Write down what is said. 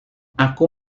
aku